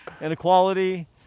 Inequality